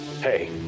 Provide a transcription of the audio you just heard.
Hey